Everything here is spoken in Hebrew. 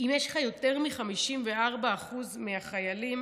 אם יש לך יותר מ-54% חיילים